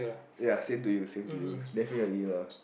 ya same to you same to you definitely lah